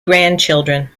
grandchildren